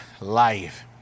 life